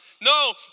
No